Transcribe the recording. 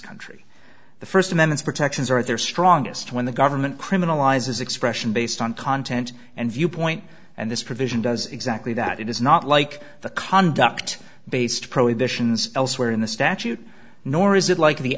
country the first amendment protections are at their strongest when the government criminalizes expression based on content and viewpoint and this provision does exactly that it is not like the conduct based prohibitions elsewhere in the statute nor is it like